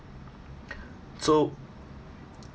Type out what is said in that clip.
so